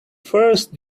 first